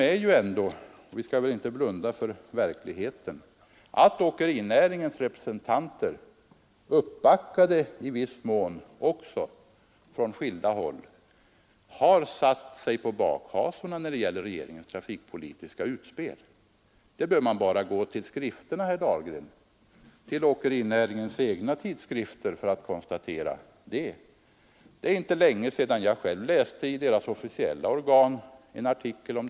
är ju ändå — vi skall väl inte blunda för verkligheten att åkerinäringens representanter, i viss mån uppbackade från skilda håll, har satt sig på bakhasorna när det gäller regeringens trafikpolitiska utspel. Man behöver bara gå till åkerinäringens egna tidskrifter för att konstatera det, herr Dahlgren. Det är inte länge sedan jag s läste en artikel härom.